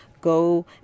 go